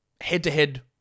head-to-head